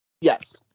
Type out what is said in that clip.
Yes